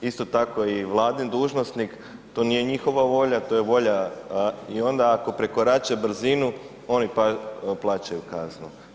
Isto tako i vladin dužnosnik, to nije njihova volja, to je volja i onda ako prekorače brzinu oni plaćaju kaznu.